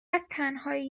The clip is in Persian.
ازتنهایی